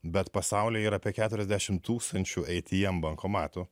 bet pasaulyje yra apie keturiasdešimt tūkstančių ei ty em bankomatų